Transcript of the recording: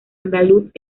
andaluz